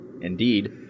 indeed